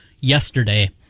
yesterday